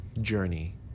journey